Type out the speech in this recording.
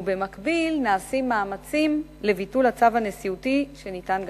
ובמקביל נעשים מאמצים לביטול הצו הנשיאותי שניתן,